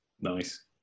Nice